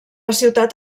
ciutat